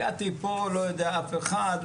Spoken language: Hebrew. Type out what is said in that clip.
הגעתי לפה לא יודע אף אחד,